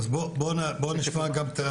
אז בואו נשמע.